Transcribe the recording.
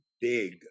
big